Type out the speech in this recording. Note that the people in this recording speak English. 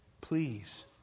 please